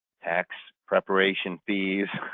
tax preparation fees.